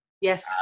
Yes